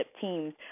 teams